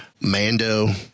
Mando